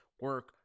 Work